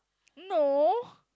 no